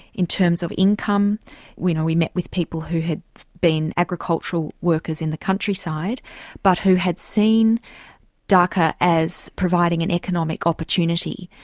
in terms of income we we met with people who had been agricultural workers in the countryside but who had seen dhaka as providing an economic opportunity.